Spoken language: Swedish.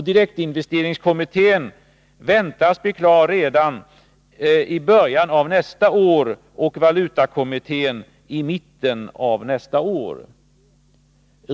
Direktinvesteringskommittén väntas bli klar redan i början av nästa år och valutakommittén i mitten av nästa år.